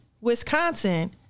Wisconsin